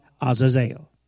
Azazel